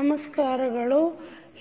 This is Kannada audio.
ನಮಸ್ಕಾರಗಳು